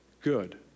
good